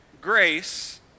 grace